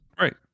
Right